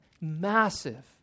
massive